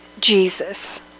Jesus